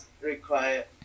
require